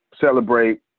celebrate